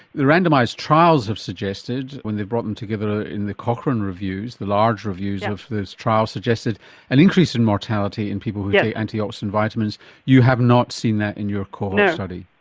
the randomised trials have suggested when they brought them together in the cochrane reviews, the large reviews of those trials, suggested an increase in mortality in people who take antioxidant vitamins you have not seen that in your core study?